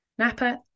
Napa